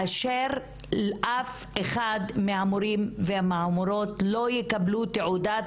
שאף אחד מהמורים ומהמורות לא יקבלו תעודת